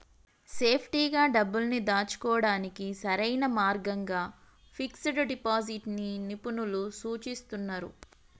సేఫ్టీగా డబ్బుల్ని దాచుకోడానికి సరైన మార్గంగా ఫిక్స్డ్ డిపాజిట్ ని నిపుణులు సూచిస్తున్నరు